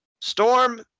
storm